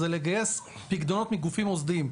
זה לגייס פקדונות מגופים מוסדיים.